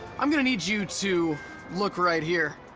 i'm gonna need you to look right here.